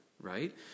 right